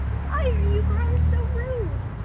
why are you grown so rude?